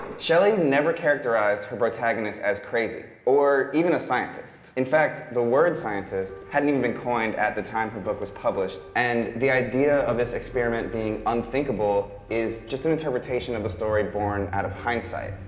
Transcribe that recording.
shelley never characterized her protagonist as crazy, or even a scientist. in fact, the word scientist hadn't even been coined at the time her book was published. and the idea of this experiment being unthinkable is just an interpretation of the story borne out of hindsight.